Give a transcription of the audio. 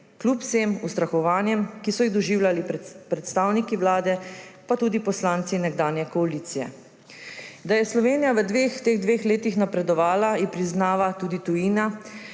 kljub vsem ustrahovanjem, ki so jih doživljali predstavniki Vlade pa tudi poslanci nekdanje koalicije. Da je Slovenija v teh dveh letih napredovala, ji priznava tudi tujina,